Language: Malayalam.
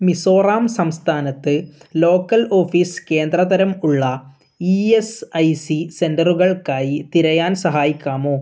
മിസോറാം സംസ്ഥാനത്ത് ലോക്കൽ ഓഫീസ് കേന്ദ്ര തരം ഉള്ള ഇ എസ് ഐ സി സെൻ്ററുകൾക്കായി തിരയാൻ സഹായിക്കാമോ